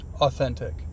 authentic